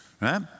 right